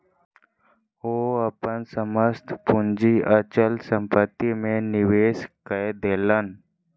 ओ अपन समस्त पूंजी अचल संपत्ति में निवेश कय देलैन